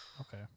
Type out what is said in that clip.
Okay